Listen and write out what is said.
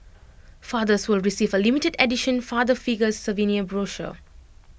fathers will receive A limited edition father figures souvenir brochure